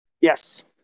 Yes